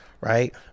right